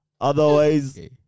Otherwise